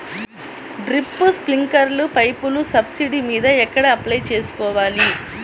Drip, స్ప్రింకర్లు పైపులు subsidy మీద ఎక్కడ అప్లై చేసుకోవాలి?